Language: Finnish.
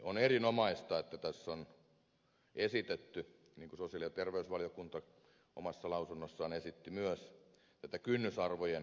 on erinomaista että tässä on esitetty niin kuin myös sosiaali ja terveysvaliokunta omassa lausunnossaan esitti tätä kynnysarvojen kaksinkertaistamista